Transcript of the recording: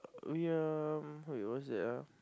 we are wait what's that ah